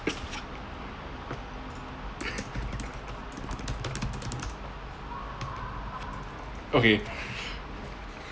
okay